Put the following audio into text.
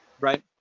right